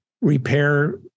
repair